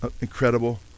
incredible